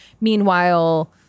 Meanwhile